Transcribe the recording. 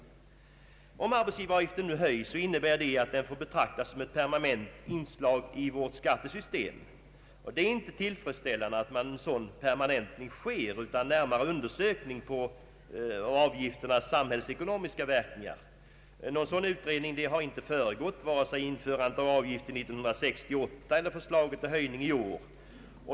Om arbetsgivaravgiften nu höjs, innebär det att den får betraktas som ett permanent inslag i vårt skattesystem. Det är inte tillfredsställande att en sådan permanentning sker utan närmare undersökning av avgiftens samhällsekonomiska verkningar. Någon sådan utredning har inte föregått vare sig införandet av avgiften år 1968 eller förslaget till höjning i år.